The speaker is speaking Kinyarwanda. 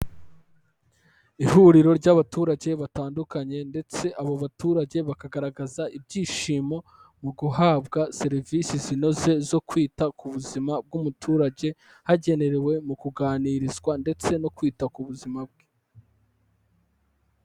Ihuriro ry'abaturage batandukanye ndetse abo baturage bakagaragaza ibyishimo mu guhabwa serivise zinoze zo kwita ku buzima bw'umuturage, hagenerewe mu kuganirizwa ndetse no kwita ku buzima bwe.